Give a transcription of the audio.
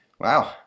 wow